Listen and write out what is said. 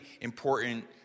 important